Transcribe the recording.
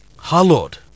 Hallowed